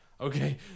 Okay